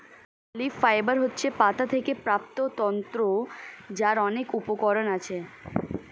leaf fibre হচ্ছে পাতা থেকে প্রাপ্ত তন্তু যার অনেক উপকরণ আছে